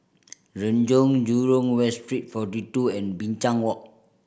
Renjong Jurong West Street Forty Two and Binchang Walk